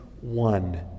one